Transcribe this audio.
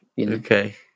Okay